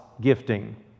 gifting